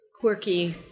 quirky